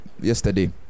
Yesterday